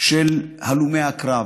של הלומי הקרב,